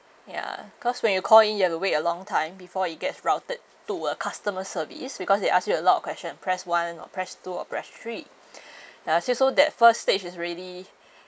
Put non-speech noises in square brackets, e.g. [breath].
ya cause when you call in you have to wait a long time before it gets routed to a customer service because they ask you a lot of question press one or press two or press three [breath] ya so so that first stage it's already